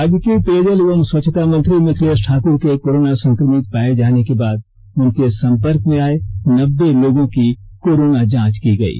राज्य के पेयजल एवं स्वच्छता मंत्री मिथिलेष ठाक्र के कोरोना संक्रमित पाये जाने के बाद उनके सम्पर्क में आये नब्बे लोगों की कोरोना जांच की गयी